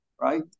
right